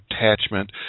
attachment